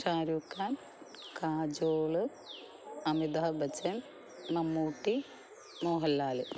Shah Rukh Khan Kajol Amitabh Bachchan Mammootty Mohanlal